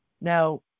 Now